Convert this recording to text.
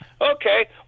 Okay